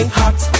hot